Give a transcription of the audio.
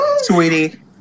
Sweetie